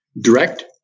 direct